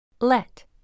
let